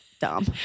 dumb